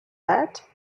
that